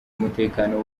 umutekano